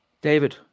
David